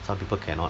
some people cannot